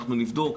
אנחנו נבדוק,